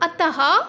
अतः